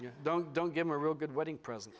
yeah don't don't give me a real good wedding present